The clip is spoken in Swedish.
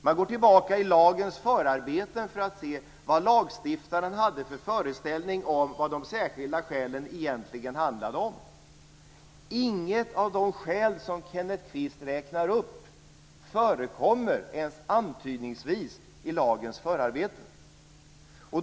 Man går tillbaka till lagens förarbeten för att se vad lagstiftaren hade för föreställning om vad de synnerliga skälen handlade om. Inget av de skäl som Kenneth Kvist räknar upp förekommer ens antydningsvis i lagens förarbeten.